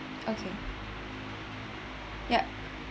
okay ya